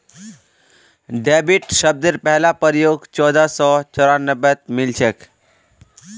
debit शब्देर पहला प्रयोग चोदह सौ चौरानवेत मिलछेक